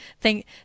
thank